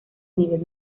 nivel